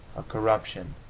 a corruption,